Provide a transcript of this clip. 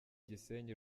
gisenyi